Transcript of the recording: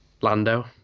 Lando